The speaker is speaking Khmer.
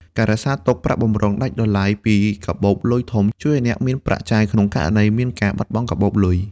ការរក្សាទុកប្រាក់បម្រុងដាច់ដោយឡែកពីកាបូបលុយធំ ជួយឱ្យអ្នកមានប្រាក់ចាយក្នុងករណីមានការបាត់បង់កាបូបលុយ។